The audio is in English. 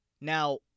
Now